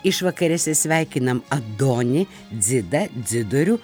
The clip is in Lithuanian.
išvakarėse sveikinam adonį dzidą dzidorių